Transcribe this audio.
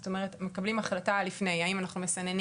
זאת אומרת מקבלים החלטה לפני האם אנחנו מסננים